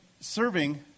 serving